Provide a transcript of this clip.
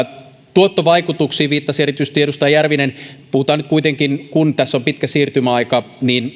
tuottovaikutuksiin viittasi erityisesti edustaja järvinen puhutaan nyt kuitenkin kun tässä on pitkä siirtymäaika